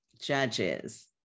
judges